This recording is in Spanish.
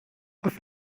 haz